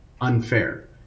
unfair